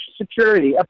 security